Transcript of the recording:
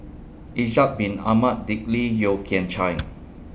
Ishak Bin Ahmad Dick Lee Yeo Kian Chai